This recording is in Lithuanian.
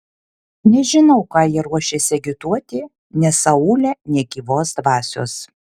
nežinau ką jie ruošiasi agituoti nes aūle nė gyvos dvasios